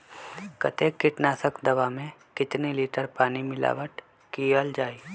कतेक किटनाशक दवा मे कितनी लिटर पानी मिलावट किअल जाई?